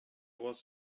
was